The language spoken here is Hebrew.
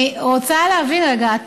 אני רוצה להבין רגע.